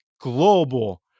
global